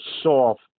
soft